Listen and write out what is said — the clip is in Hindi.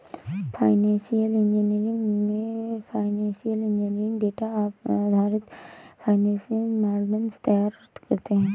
फाइनेंशियल इंजीनियरिंग में फाइनेंशियल इंजीनियर डेटा आधारित फाइनेंशियल मॉडल्स तैयार करते है